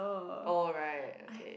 oh right okay